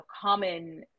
common